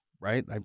right